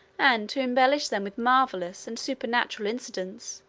and to embellish them with marvelous and supernatural incidents,